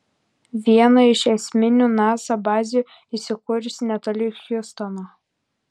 viena iš esminių nasa bazių įsikūrusi netoli hjustono